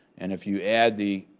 and if you add the